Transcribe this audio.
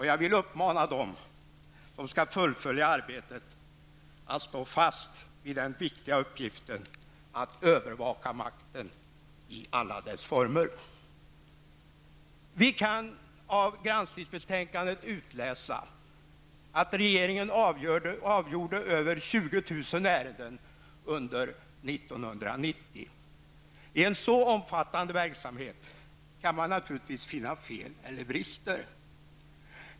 Jag vill uppmana dem som skall fullfölja arbetet att stå fast vid den viktiga uppgiften att övervaka makten i alla dess former. Vi kan av granskningsbetänkandet utläsa att regeringen avgjorde över 20 000 ärenden under 1990. I en så omfattande verksamhet kan man naturligtvis finna fel eller brister.